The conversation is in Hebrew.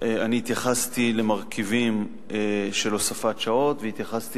אני התייחסתי למרכיבים של הוספת שעות והתייחסתי